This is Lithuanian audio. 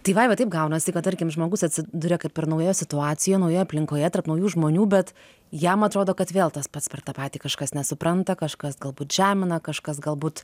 tai vaiva taip gaunasi kad tarkim žmogus atsiduria kad per nauja situacijo naujoje aplinkoje tarp naujų žmonių bet jam atrodo kad vėl tas pats per tą patį kažkas nesupranta kažkas galbūt žemina kažkas galbūt